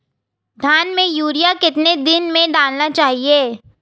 धान में यूरिया कितने दिन में डालना चाहिए?